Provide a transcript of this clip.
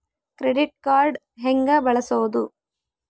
Credit card ಹೆಂಗ ಬಳಸೋದು?